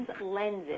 lenses